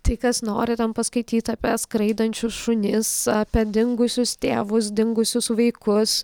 tai kas nori ten paskaityt apie skraidančius šunis apie dingusius tėvus dingusius vaikus